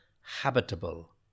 Habitable